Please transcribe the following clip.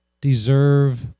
deserve